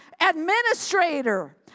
administrator